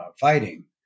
fighting